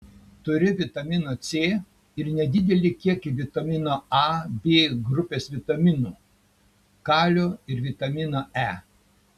turi vitamino c ir nedidelį kiekį vitamino a b grupės vitaminų kalio ir vitamino e